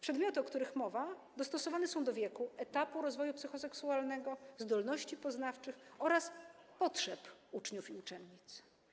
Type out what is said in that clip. Przedmioty, o których mowa, dostosowane są do wieku, etapu rozwoju psychoseksualnego, zdolności poznawczych oraz potrzeb uczniów i uczennic.